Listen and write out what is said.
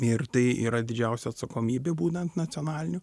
ir tai yra didžiausia atsakomybė būnant nacionaliniu